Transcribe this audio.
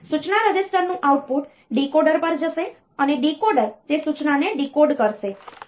તેથી સૂચના રજીસ્ટરનું આઉટપુટ ડીકોડર પર જશે અને ડીકોડર તે સૂચનાને ડીકોડ કરશે